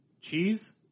Cheese